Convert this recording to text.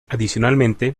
adicionalmente